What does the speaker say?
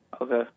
Okay